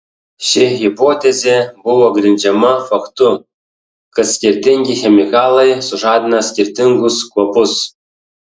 ši hipotezė buvo grindžiama faktu kad skirtingi chemikalai sužadina skirtingus kvapus